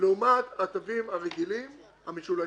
לעומת התווים הרגילים המשולשים.